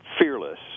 fearless